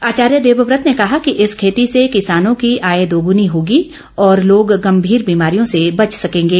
आचार्य देवव्रत ने कहा कि इस खेती से किसानों की आय दोगुणी होगी और लोग गंभीर बीमारियों से बच सकेंगे